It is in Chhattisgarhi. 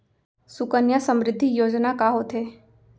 सुकन्या समृद्धि योजना का होथे